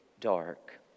dark